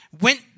went